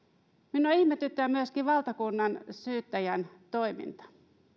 minua ihmetyttää myöskin valtakunnansyyttäjän toiminta